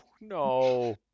no